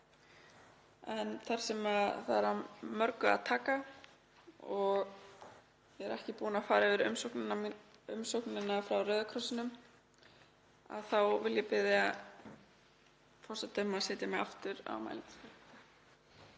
Þar sem það er af mörgu að taka og ég er ekki búin að fara yfir umsögnina frá Rauða krossinum þá vil ég biðja forseta um að setja mig aftur á mælendaskrá.